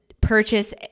purchase